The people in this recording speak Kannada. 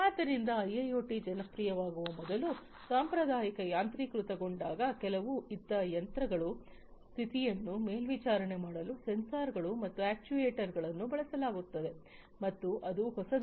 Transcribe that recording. ಆದ್ದರಿಂದ ಐಐಒಟಿ ಜನಪ್ರಿಯವಾಗುವ ಮೊದಲು ಸಾಂಪ್ರದಾಯಿಕ ಯಾಂತ್ರೀಕೃತಗೊಂಡಾಗ ಇವುಗಳು ಇದ್ದ ಯಂತ್ರಗಳ ಸ್ಥಿತಿಯನ್ನು ಮೇಲ್ವಿಚಾರಣೆ ಮಾಡಲು ಸೆನ್ಸರ್ಗಳು ಮತ್ತು ಅಕ್ಚುಯೆಟರ್ಸ್ಗಗಳನ್ನೂ ಬಳಸಲಾಗುತ್ತದೆ ಮತ್ತು ಅದು ಹೊಸದಲ್ಲ